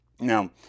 Now